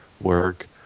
work